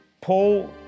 Paul